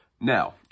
now